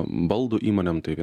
baldų įmonėm tai